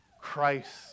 Christ